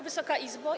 Wysoka Izbo!